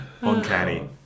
uncanny